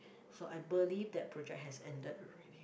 so I believe that project has ended already